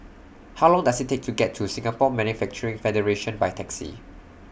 How Long Does IT Take to get to Singapore Manufacturing Federation By Taxi